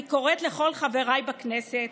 אני קוראת לכל חבריי בכנסת